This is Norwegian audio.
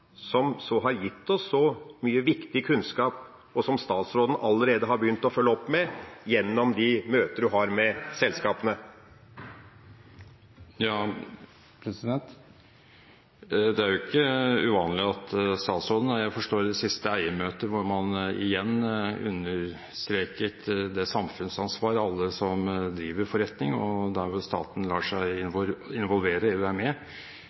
en så krevende sak, som har gitt oss så mye viktig kunnskap, og som statsråden allerede har begynt å følge opp gjennom de møter hun har med selskapene? Det er ikke uvanlig at statsråden – og jeg forstår at i det siste eiermøte har man igjen gjort det – understreker det samfunnsansvaret alle som driver forretning, har. Og der staten lar seg